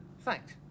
thanks